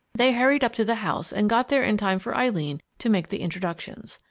they hurried up to the house and got there in time for eileen to make the introductions.